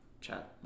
chat